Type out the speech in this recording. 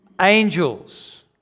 angels